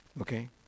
Okay